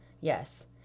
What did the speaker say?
Yes